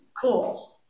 cool